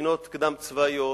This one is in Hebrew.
מכינות קדם-צבאיות,